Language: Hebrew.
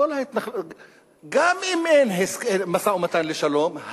גם אם אין משא-ומתן לשלום,